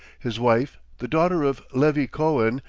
his wife the daughter of levy cohen,